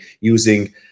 using